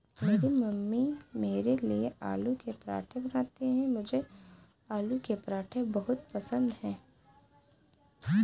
मेरी मम्मी मेरे लिए आलू के पराठे बनाती हैं मुझे आलू के पराठे बहुत पसंद है